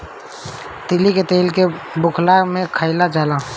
तीली के तेल भुखला में खाइल जाला